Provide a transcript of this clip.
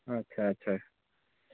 ଆଚ୍ଛା ଆଚ୍ଛା